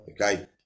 okay